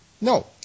No